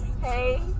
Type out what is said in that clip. hey